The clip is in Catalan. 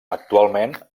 actualment